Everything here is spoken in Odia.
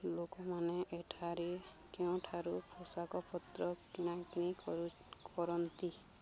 ଲୋକମାନେ ଏଠାରେ କେଉଁଠାରୁ ପୋଷାକପତ୍ର କିଣା କିଣି କରନ୍ତି